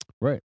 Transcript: Right